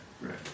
Right